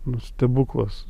nu stebuklas